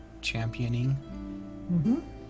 championing